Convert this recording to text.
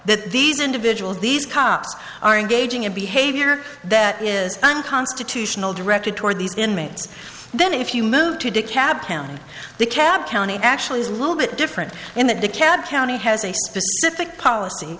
that these individuals these cops are engaging in behavior that is unconstitutional directed toward these inmates then if you move to the cab county the cab county actually is a little bit different in that dekalb county has a specific policy